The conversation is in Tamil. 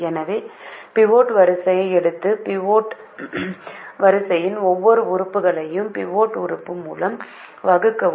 எனவே இப்போது பிவோட் வரிசையை எடுத்து பிவோட் வரிசையின் ஒவ்வொரு உறுப்புகளையும் பிவோட் உறுப்பு மூலம் வகுக்கவும்